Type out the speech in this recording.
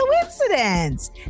coincidence